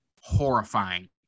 horrifying